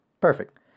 Perfect